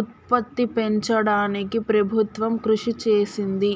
ఉత్పత్తి పెంచడానికి ప్రభుత్వం కృషి చేసింది